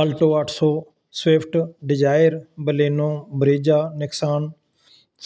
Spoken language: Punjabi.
ਅਲਟੋ ਅੱਠ ਸੌ ਸਵਿਫਟ ਡਿਜ਼ਾਇਰ ਬਲੇਨੋ ਬਰੇਜਾ ਨਕਸਾਨ